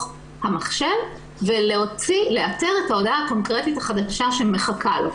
המחשב ולאתר את ההודעה הקונקרטית החדשה שמחכה לו.